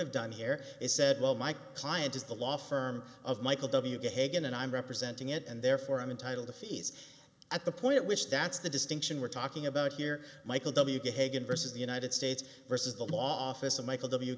have done here is said well my client is the law firm of michael w hagan and i'm representing it and therefore i'm entitled to fees at the point which that's the distinction we're talking about here michael w hagan versus the united states versus the law office of michael w